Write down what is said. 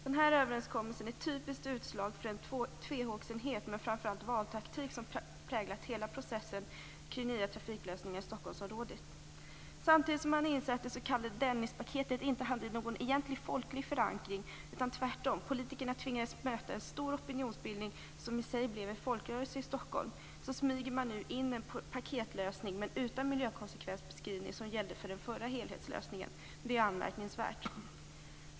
Den här överenskommelsen är ett typiskt utslag av den tvehågsenhet, men framför allt valtaktik, som präglat hela processen kring nya trafiklösningar i Stockholmsområdet. Samtidigt inser man att det s.k. Dennispaketet inte hade någon egentlig folklig förankring, tvärtom. Politikerna tvingades bemöta en stor opinion som i sig blev en folkrörelse i Stockholm. Nu smyger man in en paketlösning, men utan miljökonsekvensbeskrivning, som gällde för den förra helhetslösningen. Det är anmärkningsvärt.